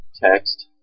text